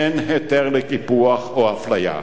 אין היתר לקיפוח או אפליה.